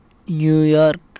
New York